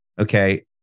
okay